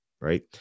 Right